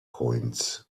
coins